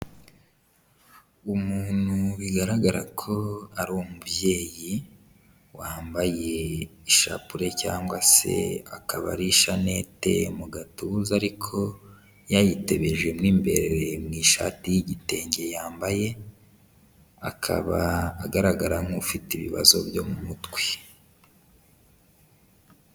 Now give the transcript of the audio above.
Umuntu bigaragara ko ari umubyeyi, wambaye ishapure cyangwa se akaba ari ishanete mu gatuza ariko yayitebejemo imbere mu ishati y'igitenge yambaye, akaba agaragara nk'ufite ibibazo byo mu mutwe.